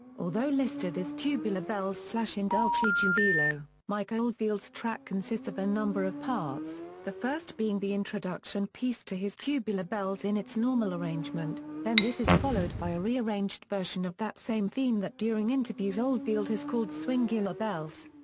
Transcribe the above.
although listed as tubular bells in dulci jubilo, mike oldfield's track consists of a number of parts, the first being the introduction piece to his tubular bells in its normal arrangement, then this is followed by a rearranged version of that same theme that during interviews oldfield has called swingular bells.